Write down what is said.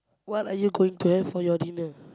what are you going to have for your dinner